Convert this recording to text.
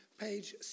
page